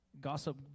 Gossip